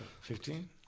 Fifteen